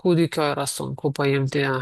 kūdikio yra sunku paimti